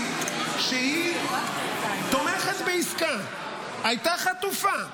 -- שהיא תומכת בעסקה, הייתה חטופה,